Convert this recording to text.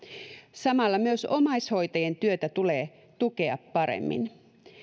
samalla myös omaishoitajien työtä tulee tukea paremmin